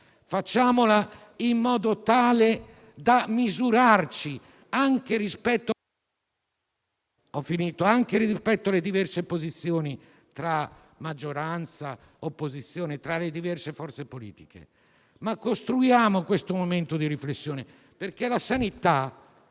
riflessione in modo tale da misurarci anche rispetto alle diverse posizioni tra maggioranza e opposizione e tra le diverse forze politiche. Costruiamo questo momento di riflessione perché la sanità,